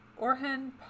orhan